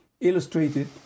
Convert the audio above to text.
illustrated